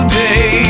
day